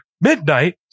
midnight